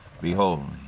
Behold